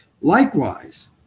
Likewise